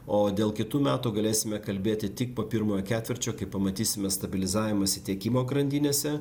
o dėl kitų metų galėsime kalbėti tik po pirmo ketvirčio kai pamatysime stabilizavimąsi tiekimo grandinėse